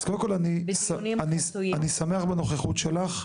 בדיונים --- אז קודם כל אני שמח בנוכחות שלך.